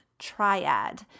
triad